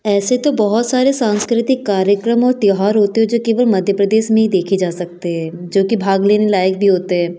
ऐसे तो बहुत सारे सांस्कृतिक कार्यक्रम और त्योहार होते हैं जो केवल मध्य प्रदेश में ही देखे जा सकते हैं जो कि भाग लेने लायक भी होते हैं